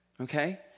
Okay